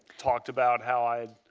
talked about how i